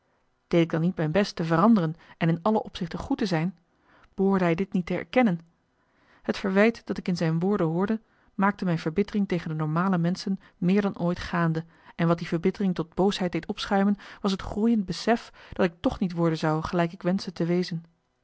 ik dan niet mijn best me te veranderen en in alle opzichten goed te zijn behoorde hij dit niet te erkennen het verwijt dat ik in zijn woorden hoorde maakte mijn verbittering tegen de normale menschen meer dan ooit gaande en wat die verbittering tot boosheid deed opschuimen was het groeiend besef dat ik toch niet worden zou gelijk ik wenschte te wezen